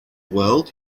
world